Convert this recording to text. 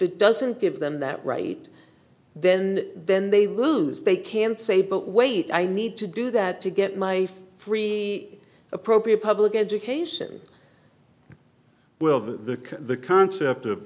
it doesn't give them that right then then they lose they can say but wait i need to do that to get my free appropriate public education will the the concept of